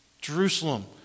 Jerusalem